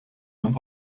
man